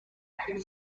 امتحان